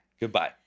Goodbye